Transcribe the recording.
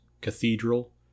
cathedral